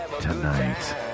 tonight